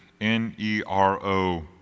N-E-R-O